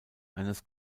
eines